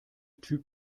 typ